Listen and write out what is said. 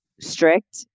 strict